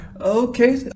okay